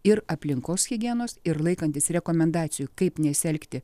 ir aplinkos higienos ir laikantis rekomendacijų kaip nesielgti